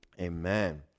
Amen